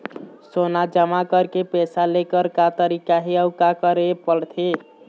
सोना जमा करके पैसा लेकर का तरीका हे अउ का करे पड़थे?